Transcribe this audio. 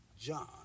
John